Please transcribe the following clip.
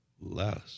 less